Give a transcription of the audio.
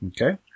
Okay